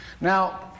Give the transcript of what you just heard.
Now